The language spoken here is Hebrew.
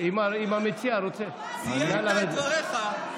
אם המציע רוצה, סיימת את דבריך.